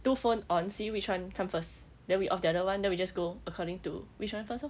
two phone on see which one come first then we off the other one then we just go according to which one first lor